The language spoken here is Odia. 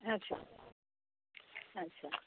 ଆଚ୍ଛା ଆଚ୍ଛା